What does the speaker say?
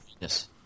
Yes